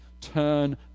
turn